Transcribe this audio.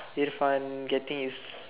Irfan getting his